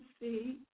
see